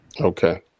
Okay